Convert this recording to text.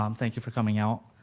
um thank you for coming out.